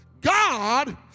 God